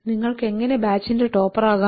നിങ്ങൾക്ക് എങ്ങനെ ബാച്ചിന്റെ ടോപ്പർ ആകാം